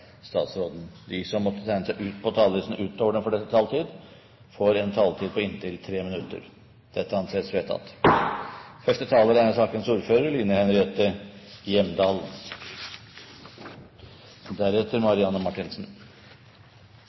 statsråden innenfor den fordelte taletid. Videre blir det foreslått at de som måtte tegne seg på talerlisten utover den fordelte taletid, får en taletid på inntil 3 minutter. – Det anses vedtatt. Det er